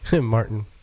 Martin